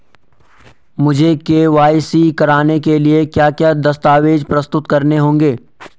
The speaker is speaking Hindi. मुझे के.वाई.सी कराने के लिए क्या क्या दस्तावेज़ प्रस्तुत करने होंगे?